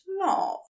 love